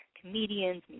comedians